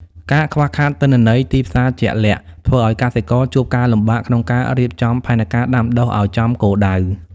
ការខ្វះខាតទិន្នន័យទីផ្សារជាក់លាក់ ធ្វើឱ្យកសិករជួបការលំបាកក្នុងការរៀបចំផែនការដាំដុះឱ្យចំគោលដៅ។